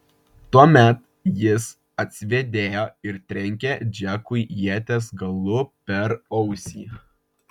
tuomet jis atsivėdėjo ir trenkė džekui ieties galu per ausį